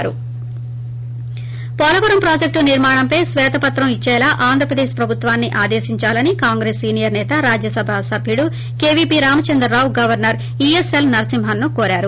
Polavaram project నిర్మాణంపై శ్వేతపత్రం ఇచ్చేలా ఆంధ్రప్రదేశ్ ప్రభుత్వాన్ని ఆదేశిందాలని కాంగ్రెస్ సీనియర్ నేత రాజ్యసభ సభ్యుడు కేవీపీ రామచంద్రరావు గవర్నర్ ఈఎస్ఎల్ నరసింహన్ను కోరారు